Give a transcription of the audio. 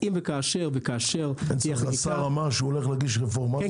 אם וכאשר תהיה חקיקה --- השר אמר שהוא הולך להגיש רפורמה,